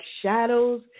shadows